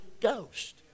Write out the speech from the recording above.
Ghost